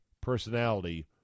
personality